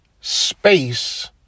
space